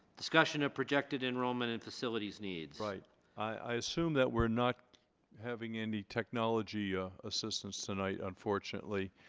discussion of projected enrollment and facilities needs. right i assume that we're not having any technology ah assistance tonight unfortunately